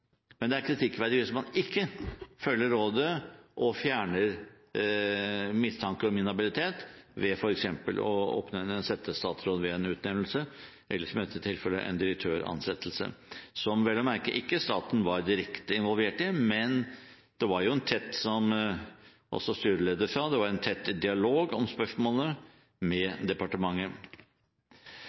Men det er kritikkverdig hvis man ikke følger rådet og fjerner mistanke om inhabilitet ved f.eks. å oppnevne en settestatsråd ved en utnevnelse eller, som i dette tilfellet, en direktøransettelse – som staten vel å merke ikke var direkte involvert i, men det var jo, som også styreleder sa, en tett dialog om spørsmålet med departementet.